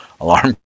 alarm